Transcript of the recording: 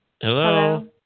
Hello